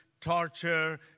torture